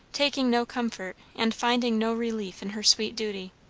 taking no comfort and finding no relief in her sweet duty.